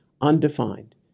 undefined